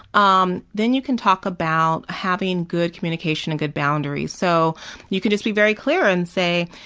um then you can talk about having good communication and good boundaries. so you can just be very clear and say,